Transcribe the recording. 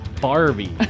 Barbie